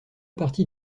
partie